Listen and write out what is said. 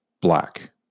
black